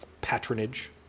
patronage